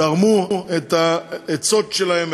תרמו את העצות שלהם,